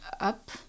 up